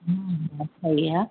जी जी त सही आहे